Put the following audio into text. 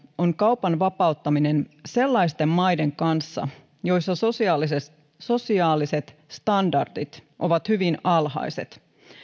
on kaupan vapauttaminen sellaisten maiden kanssa joissa sosiaaliset standardit ovat hyvin alhaiset